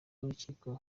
w’urukiko